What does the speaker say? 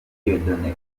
dieudonne